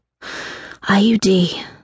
IUD